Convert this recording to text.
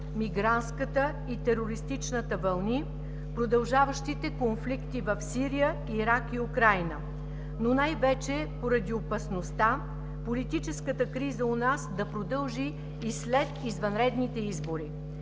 мигрантската и терористичната вълни, продължаващите конфликти в Сирия, Ирак и Украйна, но най-вече поради опасността политическата криза у нас да продължи и след извънредните избори.